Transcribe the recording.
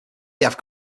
have